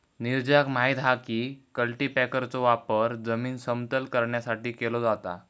नीरजाक माहित हा की कल्टीपॅकरचो वापर जमीन समतल करण्यासाठी केलो जाता